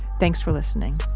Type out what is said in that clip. thanks for listening.